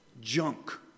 Junk